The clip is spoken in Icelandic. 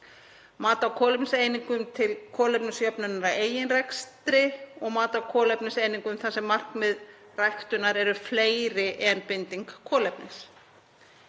mat á kolefniseiningum til kolefnisjöfnunar eigin rekstrar og mat á kolefniseiningum þar sem markmið ræktunar eru fleiri en binding kolefnis.